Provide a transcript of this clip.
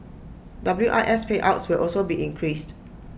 W I S payouts will also be increased